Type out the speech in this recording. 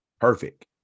Perfect